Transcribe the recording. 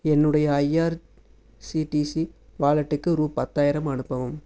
என்னுடைய ஐஆர்சிடிசி வாலெட்டுக்கு ரூ பத்தாயிரம் அனுப்பவும்